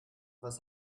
was